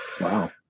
Wow